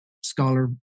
scholar